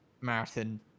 marathon